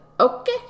Okay